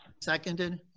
Seconded